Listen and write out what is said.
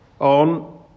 on